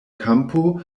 kampo